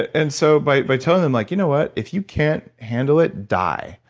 and so by by telling them like you know what if you can't handle it die.